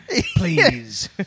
Please